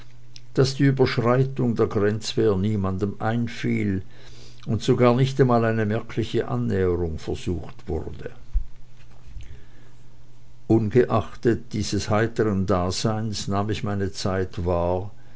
daß die überschreitung der grenzwehr niemandem einfiel und sogar nicht einmal eine merkliche annäherung versucht wurde ungeachtet dieses heitern daseins nahm ich meine zeit wahr